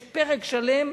יש פרק שלם